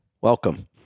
welcome